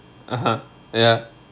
(uh huh) ya